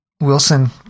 Wilson